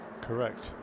correct